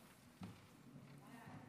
חברת הכנסת מיכל, את הצבעת?